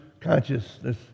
consciousness